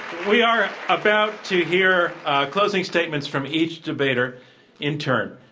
we are about to hear closing statements from each debater in turn.